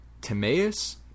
Timaeus